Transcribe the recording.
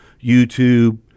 YouTube